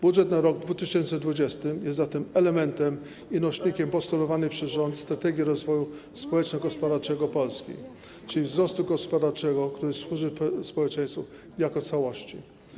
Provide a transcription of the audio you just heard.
Budżet na rok 2020 jest zatem elementem i nośnikiem postulowanej przez rząd strategii rozwoju społeczno-gospodarczego Polski, czyli wzrostu gospodarczego, który służy społeczeństwu jako całości.